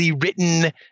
written